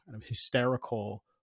hysterical